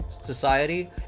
society